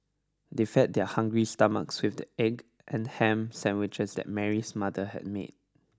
they fed their hungry stomachs with the egg and ham sandwiches that Mary's mother had made